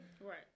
Right